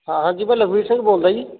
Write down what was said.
ਹਾਂ ਹਾਂਜੀ ਮੈਂ ਲਖਬੀਰ ਸਿੰਘ ਬੋਲਦਾ ਜੀ